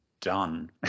done